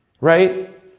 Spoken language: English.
right